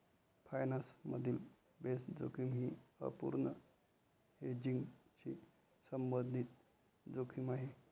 finance मधील base जोखीम ही अपूर्ण हेजिंगशी संबंधित जोखीम आहे